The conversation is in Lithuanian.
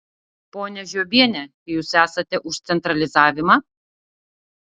ponia žiobiene jūs esate už centralizavimą